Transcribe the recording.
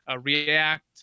React